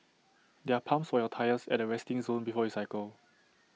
there are pumps for your tyres at the resting zone before you cycle